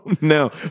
no